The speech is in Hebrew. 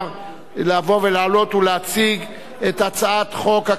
לבוא ולעלות ולהציג את הצעת חוק הקאדים (תיקון,